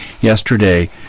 yesterday